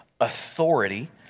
authority